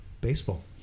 baseball